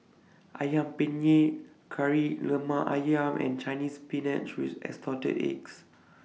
Ayam Penyet Kari Lemak Ayam and Chinese Spinach with Assorted Eggs